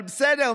אבל בסדר,